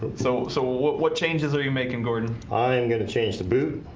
but so so what changes are you making gordon? i'm gonna change the boot.